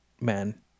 man